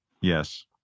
Yes